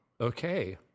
Okay